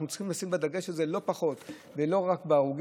אנחנו צריכים לשים דגש גם על זה ולא רק על ההרוגים.